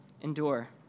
endure